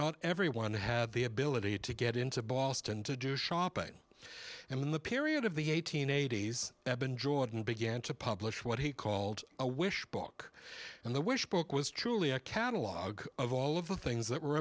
not everyone the ability to get into boston to do shopping and in the period of the eighteen eighties have been jordan began to publish what he called a wish book and the wish book was truly a catalog of all of the things that were